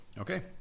Okay